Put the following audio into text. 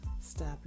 stop